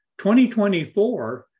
2024